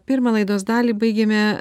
pirmą laidos dalį baigėme